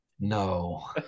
No